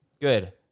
Good